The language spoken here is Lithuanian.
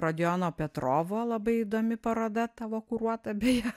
radiono petrovo labai įdomi paroda tavo kuruota beje